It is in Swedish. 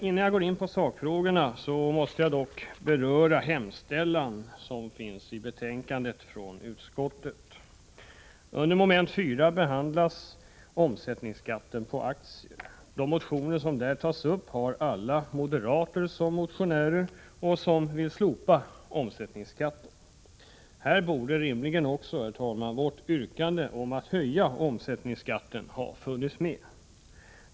Innan jag går in på sakfrågorna måste jag dock beröra hemställan i utskottsbetänkandet. Under mom. 4 behandlas omsättningsskatten på aktier. De motioner som där tas upp har alla moderater som motionärer, som vill slopa omsättningsskatten. Här borde rimligtvis också, herr talman, vårt yrkande om att höja omsättningsskatten ha funnits med.